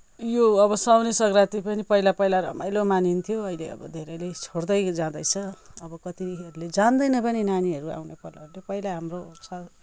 यो अब साउने संक्रान्ति पनि पहिला पहिला रमाइलो मानिन्थ्यो अहिले अब धेरैले छोड्दै जाँदैछ अब कतिहरूले जान्दैन पनि नानीहरू आउने केटा केटी पहिला हाम्रो चाड